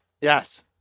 Yes